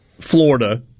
Florida